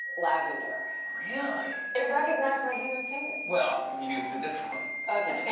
lavender. really? it recognized my human finger. well, you used a different